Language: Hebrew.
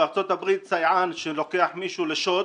בארצות-הברית סייען שלוקח מישהו לשוד,